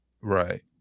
Right